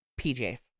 PJs